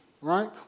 right